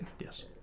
Yes